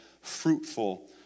fruitful